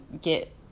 get